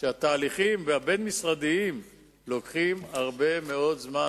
שהתהליכים הבין-משרדיים לוקחים הרבה מאוד זמן.